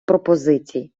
пропозицій